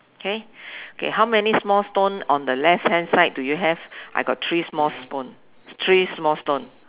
okay okay how many small stone on the left hand side do you have I got three small spoon three small stone